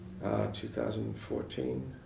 2014